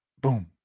Boom